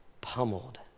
pummeled